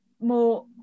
more